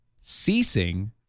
Ceasing